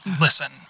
Listen